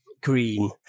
green